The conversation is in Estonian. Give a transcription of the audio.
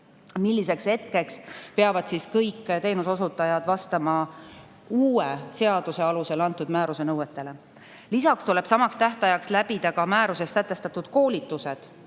Selleks hetkeks peavad kõik teenuse osutajad vastama uue seaduse alusel antud määruse nõuetele. Lisaks tuleb samaks tähtajaks läbida määruses sätestatud koolitused,